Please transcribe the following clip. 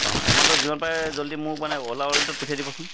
অঁ এমাউণ্টটো যিমাৰে পাৰে জল্দি মোৰ মানে অলা ৱালেটত পঠিয়াই দিবচোন